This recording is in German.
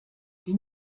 die